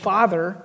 Father